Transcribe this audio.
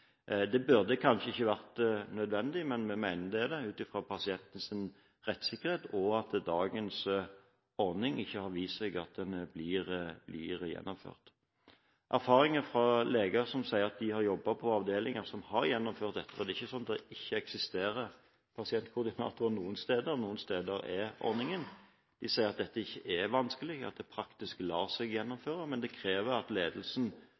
Det burde kanskje ikke vært nødvendig, men jeg mener det er det ut fra pasientenes rettssikkerhet og at dagens ordning ikke har vist seg å bli gjennomført. Erfaringen til leger som har jobbet på avdelinger som har gjennomført dette – for det er ikke slik at det ikke eksisterer pasientkoordinatorer noe sted, noen steder eksisterer ordningen – er at dette ikke er vanskelig, men at det praktisk lar seg gjennomføre. Men det krever at ledelsen